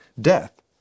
death